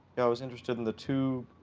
yeah i was interested in the two,